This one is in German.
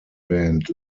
band